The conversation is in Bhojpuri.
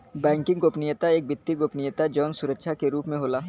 बैंकिंग गोपनीयता एक वित्तीय गोपनीयता जौन सुरक्षा के रूप में होला